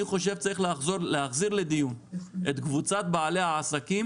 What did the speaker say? אני חושב שצריך להחזיר לדיון את קבוצת בעלי העסקים